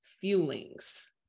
feelings